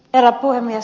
herra puhemies